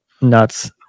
nuts